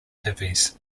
hippies